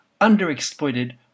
underexploited